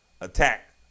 attack